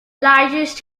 largest